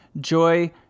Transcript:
Joy